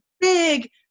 big